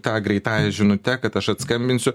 ta greitąja žinute kad aš atskambinsiu